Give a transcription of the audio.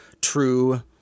true